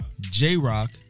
J-Rock